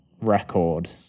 record